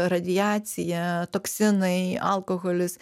radiacija toksinai alkoholis